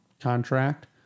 contract